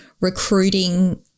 recruiting